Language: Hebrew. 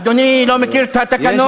אדוני לא מכיר את התקנון.